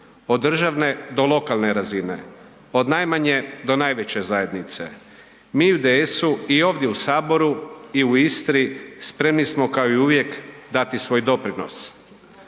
od državne do lokalne razine, od najmanje do najveće zajednice. Mi u IDS-u i ovdje u saboru i u Istri spremni smo kao i uvijek dati svoj doprinos.